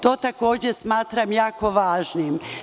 To takođe smatram jako važnim.